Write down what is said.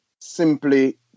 simply